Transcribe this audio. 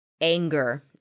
anger